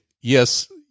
Yes